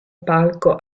palco